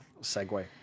segue